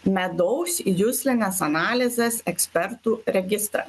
medaus juslinės analizės ekspertų registrą